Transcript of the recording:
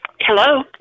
hello